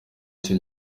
icyo